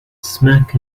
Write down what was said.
smack